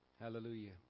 Hallelujah